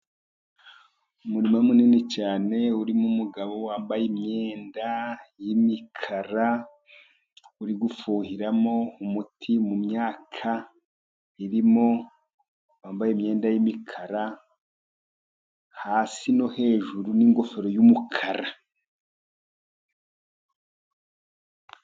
Umurima munini cyane urimo umugabo wambaye imyenda y'imikara, uri gufuhiramo umuti mu myaka, irimo wambaye imyenda y'imikara, hasi no hejuru, n'ingofero y'umukara.